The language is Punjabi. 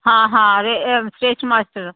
ਹਾਂ ਹਾਂ ਰੇ ਸਟੇਸ਼ਨ ਮਾਸਟਰ